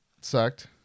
sucked